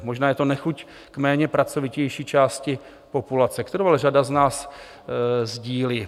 Možná je to nechuť k méně pracovitější části populace, kterou ale řada z nás sdílí.